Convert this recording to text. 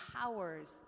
powers